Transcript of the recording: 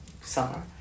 summer